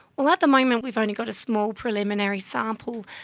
well, at the moment we've only got a small preliminary sample,